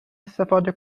استفاده